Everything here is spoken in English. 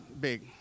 big